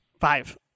Five